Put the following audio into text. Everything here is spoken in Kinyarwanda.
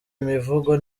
imivugo